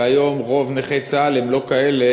והיום רוב נכי צה"ל הם לא כאלה